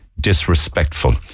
disrespectful